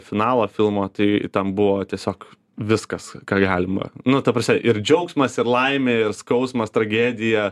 finalo filmo tai ten buvo tiesiog viskas ką galima nu ta prasme ir džiaugsmas ir laimė ir skausmas tragedija